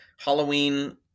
Halloween